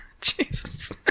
Jesus